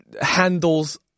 handles